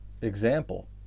example